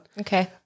okay